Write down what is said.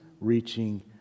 reaching